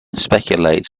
speculates